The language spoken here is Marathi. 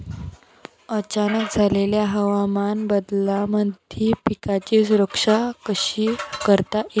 अचानक झालेल्या हवामान बदलामंदी पिकाची सुरक्षा कशी करता येईन?